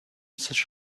such